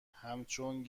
همچون